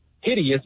hideous